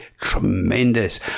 tremendous